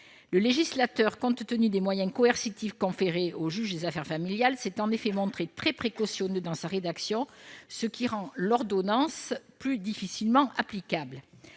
et le danger. Compte tenu des moyens coercitifs conférés au juge des affaires familiales, le législateur s'est montré très précautionneux dans sa rédaction, ce qui rend l'ordonnance plus difficilement applicable.